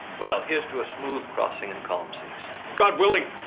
well, here's to a smooth crossing and calm seas. god willing.